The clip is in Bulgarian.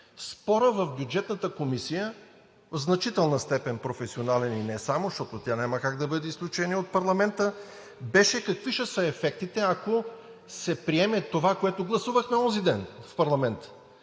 Спорът в Бюджетната комисия – в значителна степен професионален, и не само, защото тя няма как да бъде изключение от парламента, беше какви ще са ефектите, ако се приеме това, което гласувахме онзи ден в парламента